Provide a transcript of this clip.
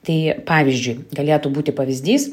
tai pavyzdžiui galėtų būti pavyzdys